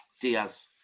Diaz